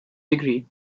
degree